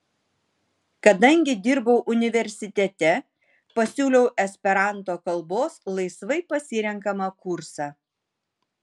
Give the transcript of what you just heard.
kadangi dirbau universitete pasiūliau esperanto kalbos laisvai pasirenkamą kursą